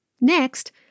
Next